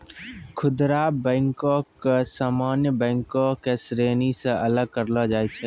खुदरा बैको के सामान्य बैंको के श्रेणी से अलग करलो जाय छै